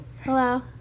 Hello